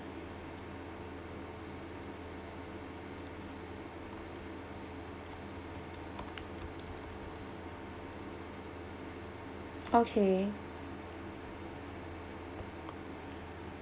okay